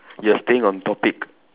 you are staying on topic